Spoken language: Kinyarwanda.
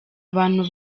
abantu